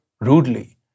rudely